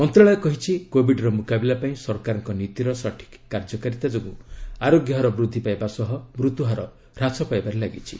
ମନ୍ତ୍ରଶାଳୟ କହିଛି କୋବିଡ୍ର ମୁକାବିଲା ପାଇଁ ସରକାରଙ୍କ ନୀତିର ସଠିକ୍ କାର୍ଯ୍ୟକାରୀତା ଯୋଗୁଁ ଆରୋଗ୍ୟହାର ବୃଦ୍ଧି ପାଇବା ସହ ମୃତ୍ୟୁହାର ହ୍ରାସ ପାଇବାରେ ଲାଗିଛି